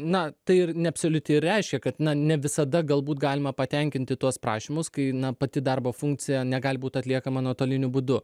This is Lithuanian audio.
na tai ir neabsoliuti ir reiškia kad na ne visada galbūt galima patenkinti tuos prašymus kai na pati darbo funkcija negali būt atliekama nuotoliniu būdu